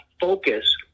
focus